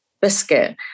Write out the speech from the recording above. biscuit